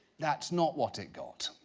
that's not what it got.